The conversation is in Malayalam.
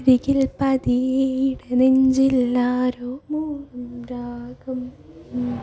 അരികിൽ പതിയെ ഇടനെഞ്ചിൽ ആരോ മൂളും രാഗം